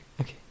okay